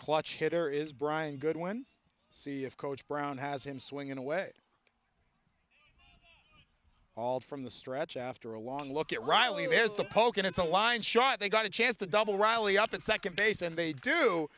clutch hitter is brian good when c of coach brown has him swinging away all from the stretch after a long look at riley there's the poking into line shot they got a chance to double riley up at second base and they do